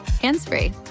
hands-free